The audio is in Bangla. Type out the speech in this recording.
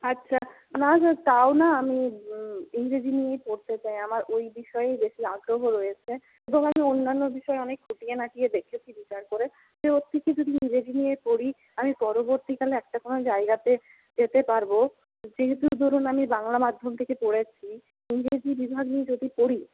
আচ্ছা না স্যার তাও না আমি ইংরেজি নিয়েই পড়তে চাই আমার ওই বিষয়েই বেশি আগ্রহ রয়েছে যেমন অন্যান্য বিষয়ে অনেক খুঁটিয়ে নাটিয়ে দেখেছি বিচার করে ওর থেকে যদি ইংরেজি নিয়ে পড়ি আমি পরবর্তীকালে একটা কোনো জায়গাতে যেতে পারবো যেহেতু ধরুন আমি বাংলা মাধ্যম থেকে পড়েছি ইংরেজি বিভাগ নিয়ে যদি পড়ি